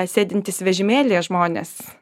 sėdintys vežimėlyje žmonės